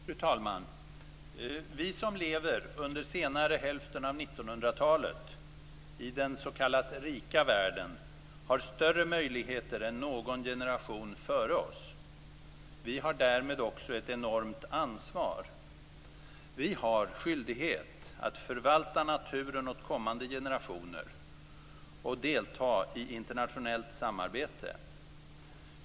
Fru talman! Vi som lever under senare hälften av 1900-talet i den s.k. rika världen har större möjligheter än någon generation före oss. Vi har därmed också ett enormt ansvar. Vi har skyldighet att förvalta naturen åt kommande generationer och delta i internationellt samarbete.